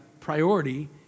priority